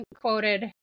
quoted